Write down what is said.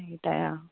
এইকেটাই আৰু